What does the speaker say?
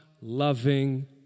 loving